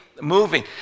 moving